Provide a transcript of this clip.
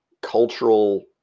cultural